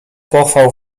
pochwał